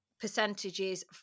Percentages